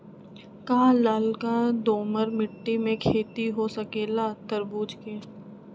का लालका दोमर मिट्टी में खेती हो सकेला तरबूज के?